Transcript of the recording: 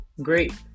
great